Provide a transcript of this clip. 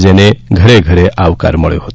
જેને ઘરે ઘરે આવકાર મળ્યો હતો